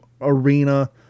arena